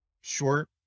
short